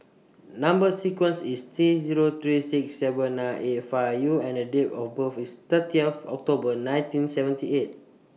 Number sequence IS T Zero three six seven nine eight five U and Date of birth IS thirty of October nineteen seventy eight